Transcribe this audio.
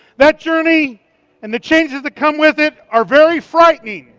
that journey and the changes that come with it are very frightening.